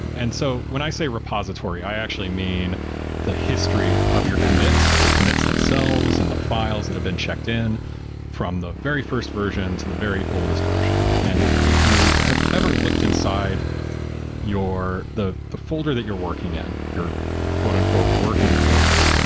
and so when i say repository, i actually mean the history of your commits, the commits themselves and the files that have been checked in from the very first version to the very oldest version. and if you have ever looked inside the the folder that you're working in, your and working folder,